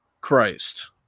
Christ